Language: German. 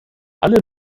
alle